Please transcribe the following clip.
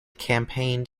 campaigned